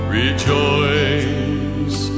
rejoice